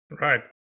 right